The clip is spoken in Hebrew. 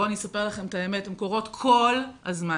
בואו, אני אספר לכם את האמת, הן קורות כל הזמן.